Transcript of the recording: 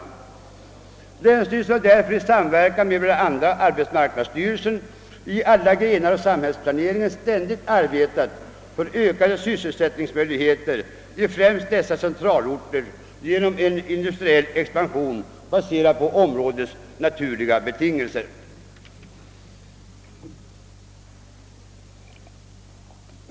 Länsstyrelsen har därför, i samverkan med bland andra arbetsmarknadsstyrelsen, i alla grenar av samhällsplaneringen ständigt arbetat för ökade sysselsättningsmöjligheter i främst dessa centralorter genom en industriell expansion baserad på områdets naturliga betingelser.